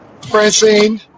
Francine